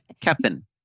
Captain